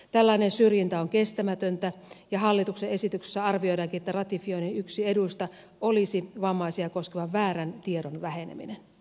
tällainen syrjintä on kestämätöntä ja hallituksen esityksessä arvioidaankin että ratifioinnin yksi eduista olisi vammaisia koskevan väärän tiedon väheneminen